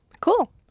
Cool